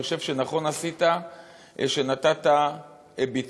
אני חושב שנכון עשית שנתת ביטוי,